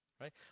Right